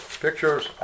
pictures